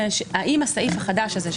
האם הסעיף החדש הזה,